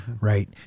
right